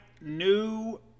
New